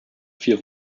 vier